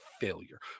failure